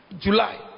July